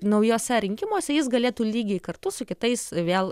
naujuose rinkimuose jis galėtų lygiai kartu su kitais vėl